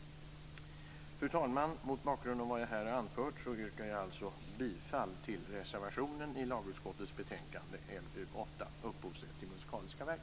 Fru talman! Mot bakgrund av vad jag här har anfört yrkar jag bifall till reservationen till lagutskottets betänkande LU8, Upphovsrätt till musikaliska verk.